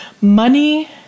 Money